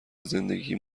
زندگی